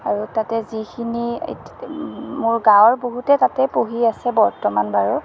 আৰু তাতে যিখিনি এতি মোৰ গাঁৱৰ বহুতে তাতে পঢ়ি আছে বৰ্তমান বাৰু